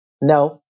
No